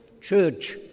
church